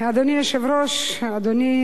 אדוני היושב-ראש, אדוני